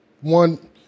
One